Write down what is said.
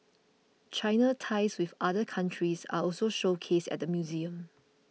China's ties with other countries are also showcased at the museum